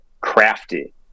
crafty